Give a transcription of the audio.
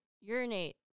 Urinate